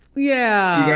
yeah!